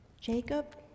Jacob